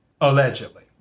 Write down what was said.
allegedly